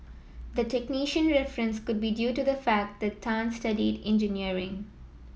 the technician reference could be due to the fact that Tan studied engineering